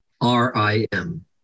R-I-M